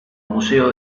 museo